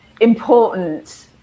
important